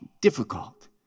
difficult